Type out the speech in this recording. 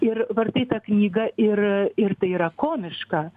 ir vartai ta knygą ir ir tai yra komiška